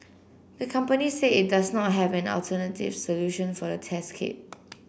the company said it does not have an alternative solution for the test kit